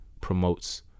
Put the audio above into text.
promotes